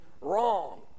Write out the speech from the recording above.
wrong